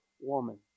woman